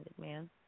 man